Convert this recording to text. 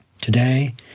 Today